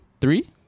Three